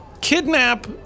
Kidnap